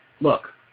look